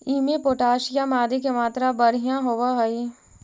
इमें पोटाशियम आदि के मात्रा बढ़िया होवऽ हई